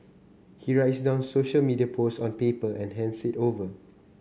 he writes down social media post on paper and hands it over